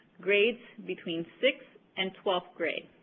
grades between sixth and twelfth grades.